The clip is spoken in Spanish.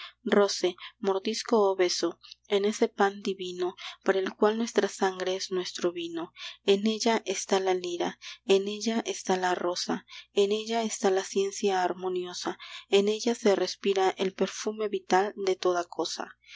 roce mordisco o beso en ese pan divino para el cual nuestra sangre es nuestro vino en ella está la lira en ella está la rosa en ella está la ciencia armoniosa en ella se respira el perfume vital de toda cosa